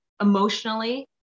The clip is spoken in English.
emotionally